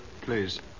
Please